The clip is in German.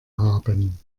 haben